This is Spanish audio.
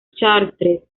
chartres